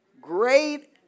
great